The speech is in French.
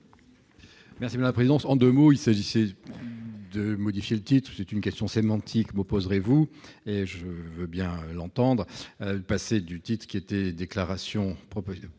Merci pour la présidence, en 2 mots, il s'agissait de modifier le titre, c'est une question sémantique proposerez-vous, je veux bien l'entendre passer du titre qui était déclaration